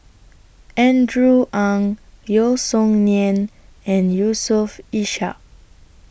Andrew Ang Yeo Song Nian and Yusof Ishak